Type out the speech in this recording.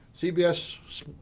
CBS